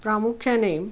प्रामुख्याने